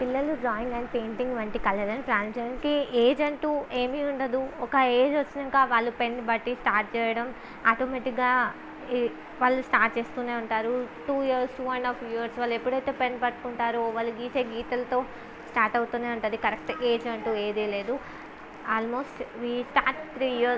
పిల్లలు drawing and painting వంటి కలలను దానికంటూ ఏజ్ అంటూ ఏమి ఉండదు ఒక ఏజ్ వచ్చినాక వాళ్ళు పెన్ పట్టి స్టార్ట్ చేయడం ఆటోమెటిక్గా వాళ్ళు స్టార్ట్ చేస్తూనే ఉంటారు two years two and half years వాళ్ళు ఎప్పుడైతే పెన్ పట్టుకుంటారో వాళ్ళు గీసే గీతాలతో స్టార్ట్ అవుతూనే ఉంటుంది కరెక్టు ఏజ్ అంటూ ఏదీ లేదు ఆల్మోస్ట్ స్టార్ట్ త్రీ ఇయర్స్